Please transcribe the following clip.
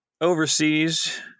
overseas